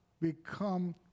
become